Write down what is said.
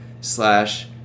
slash